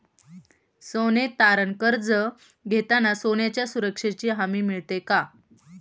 सोने तारण कर्ज घेताना सोन्याच्या सुरक्षेची हमी मिळते का?